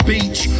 Beach